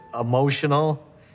emotional